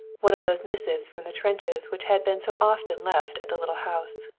one of those missives from the trenches which had been so often left at the little house.